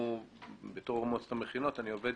שבמסגרת עבודתי אני עם